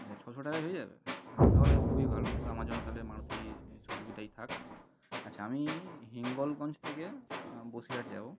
আচ্ছা ছশো টাকায় হয়ে যাবে তাহলে খুবই ভালো তা আমার জন্য তাহলে মারুতি সুজুকিটাই থাক আচ্ছা আমি হিঙ্গলগঞ্জ থেকে বসিরহাট যাবো